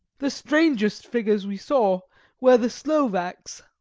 the strangest figures we saw were the slovaks,